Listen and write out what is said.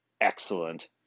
excellent